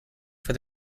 for